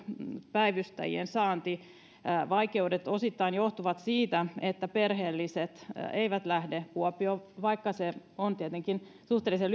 päivystäjien saantivaikeudet osittain johtuvat siitä että perheelliset eivät lähde kuopioon vaikka se puolitoista vuotta on tietenkin suhteellisen